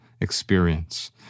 experience